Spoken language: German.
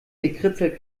gekritzel